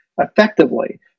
effectively